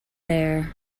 there